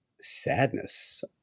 sadness